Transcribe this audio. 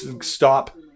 stop